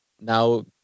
now